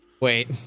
Wait